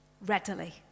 Readily